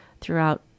throughout